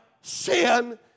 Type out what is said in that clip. sin